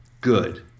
good